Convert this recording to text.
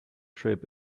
trip